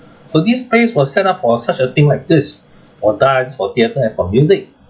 so this place was set up for such a thing like this for dance for theatre and for music